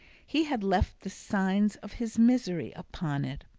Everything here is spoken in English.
he had left the signs of his misery upon it.